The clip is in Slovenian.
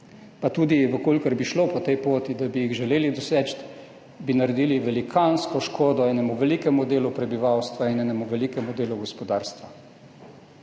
Pa tudi če bi šli po tej poti, da bi jih želeli doseči, bi naredili velikansko škodo velikemu delu prebivalstva in velikemu delu gospodarstva.